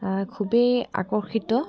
খুবেই আকৰ্ষিত